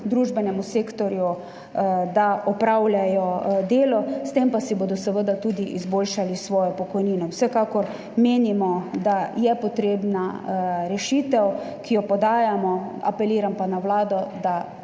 družbenemu sektorju, da opravljajo delo, s tem pa si bodo seveda tudi izboljšali svojo pokojnino. Vsekakor menimo, da je rešitev, ki jo podajamo, potrebna, apeliram pa na Vlado, da